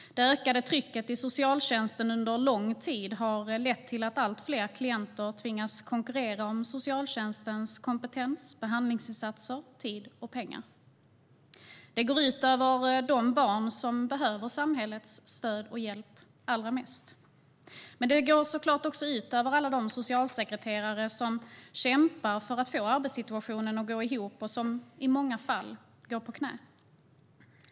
Det ökade trycket i socialtjänsten under lång tid har lett till att allt fler klienter tvingas konkurrera om socialtjänstens kompetens, behandlingsinsatser, tid och pengar. Det går ut över de barn som behöver samhällets stöd och hjälp allra mest. Det går såklart också ut över alla de socialsekreterare som kämpar för att få arbetssituationen att gå ihop och som i många fall går på knäna.